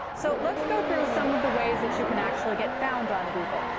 so let's go through some of the ways that you can actually get found on google.